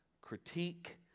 critique